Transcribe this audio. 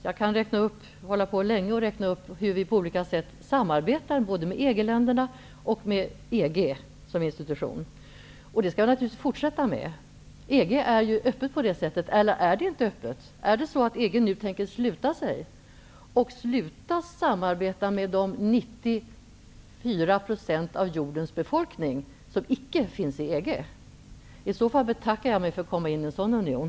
Jag kan hålla på länge med att räkna upp hur vi på olika sätt samarbetar både med EG-länderna och med EG som institution. Detta skall vi naturligtvis fortsätta med. EG är ju öppet på det sättet. Eller är det inte öppet? Är det så att EG nu tänker sluta sig och sluta samarbeta med de 94 % av jordens befolkning som icke finns inom EG? I så fall betackar jag mig för att komma in i en sådan union.